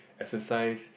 exercise